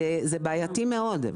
זה בעייתי מאוד.